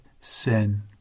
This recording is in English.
sin